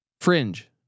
fringe